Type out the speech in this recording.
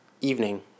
evening